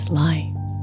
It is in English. life